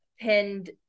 pinned